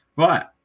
Right